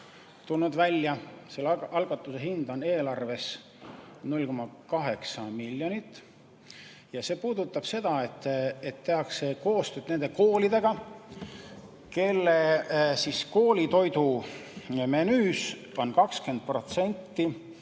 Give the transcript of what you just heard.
tulnud, selle algatuse hind on eelarves 0,8 miljonit. See puudutab seda, et tehakse koostööd nende koolidega, kelle koolitoidumenüüs on 20%